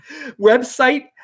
website